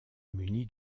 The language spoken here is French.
muni